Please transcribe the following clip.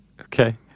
Okay